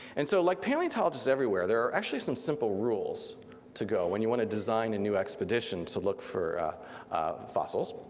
and so like paleontologists everywhere, there are actually some simple rules to go when you want to design a new expedition to look for fossils.